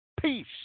Peace